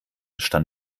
stand